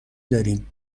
داریم